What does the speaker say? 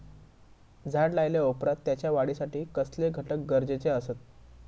झाड लायल्या ओप्रात त्याच्या वाढीसाठी कसले घटक गरजेचे असत?